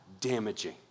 damaging